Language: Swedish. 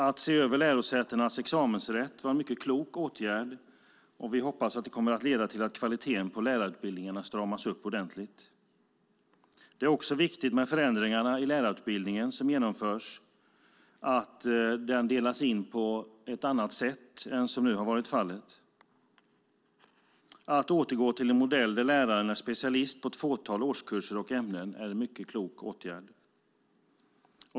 Att se över lärosätenas examensrätt var en mycket klok åtgärd, och vi hoppas att det kommer att leda till att kvaliteten på lärarutbildningarna stramas upp ordentligt. Det är också viktigt med förändringarna i lärarutbildningen som genomförs, att den delas in på ett annat sätt än vad som har varit fallet. Att återgå till en modell där läraren är specialist på ett fåtal årskurser och ämnen är en mycket klok åtgärd.